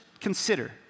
consider